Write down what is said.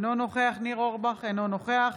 אינו נוכח ניר אורבך, אינו נוכח